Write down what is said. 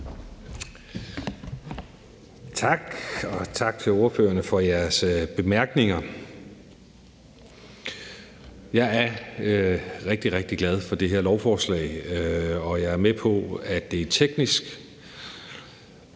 Tak, og tak til ordførerne for jeres bemærkninger. Jeg er rigtig, rigtig glad for det her lovforslag, og jeg er med på, at det er teknisk,